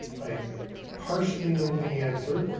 i partially know the answer,